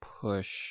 push